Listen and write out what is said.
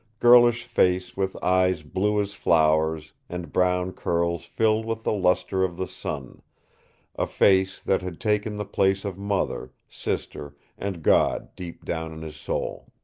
girlish face with eyes blue as flowers, and brown curls filled with the lustre of the sun a face that had taken the place of mother, sister and god deep down in his soul.